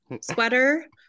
sweater